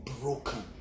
broken